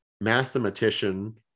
mathematician